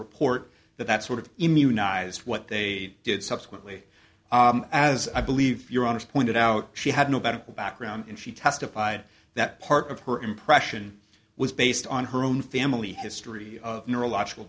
report that that sort of immunize what they did subsequently as i believe you're honest pointed out she had no medical background and she testified that part of her impression was based on her own family history of neurological